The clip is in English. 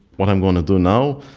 what i'm gonna do now?